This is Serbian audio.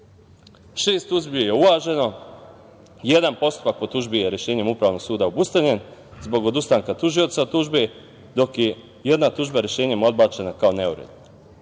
tužbi je uvaženo, jedan postupak od tužbi je rešenjem Upravnog suda obustavljen, zbog odustanka tužioca od tužbe, dok je jedna tužba rešenjem odbačena kao neuredna. Nema